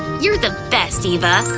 you're the best, eva!